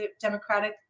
democratic